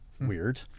weird